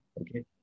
okay